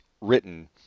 written